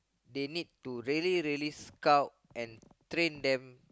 they need to really really scout and train them